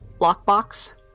lockbox